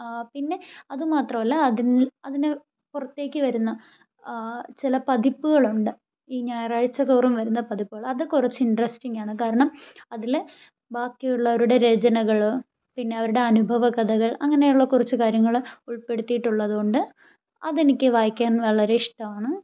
പിന്നെ അത് മാത്രമല്ല അതിൽ അതിന് പുറത്തേക്ക് വരുന്ന ചില പതിപ്പുകളുണ്ട് ഈ ഞായറാഴ്ച തോറും വരുന്ന പതിപ്പുകൾ അത് കുറച്ച് ഇൻ്ററെസ്റ്റിങ്ങാണ് കാരണം അതിൽ ബാക്കിയുള്ളവരുടെ രചനകൾ പിന്നെ അവരുടെ അനുഭവ കഥകൾ അങ്ങനെയുള്ള കുറച്ച് കാര്യങ്ങൾ ഉൾപ്പെടുത്തിയിട്ടുള്ളത് കൊണ്ട് അത് എനിക്ക് വായിക്കാൻ വളരെ ഇഷ്ടമാണ്